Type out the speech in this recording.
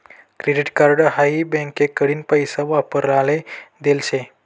credit card हाई बँकाकडीन पैसा वापराले देल शे